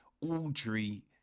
Audrey